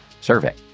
survey